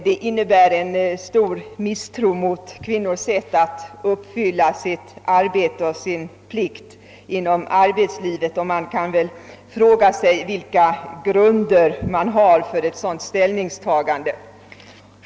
Detta innebär en stor misstro mot kvinnors sätt att uppfylla sin plikt och sitt ansvar inom arbetslivet, och jag frågar mig vilka grunder man har för ett sådant ställningstagande.